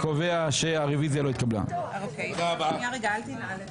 הצבעה הרוויזיה לא נתקבלה הרוויזיה לא התקבלה.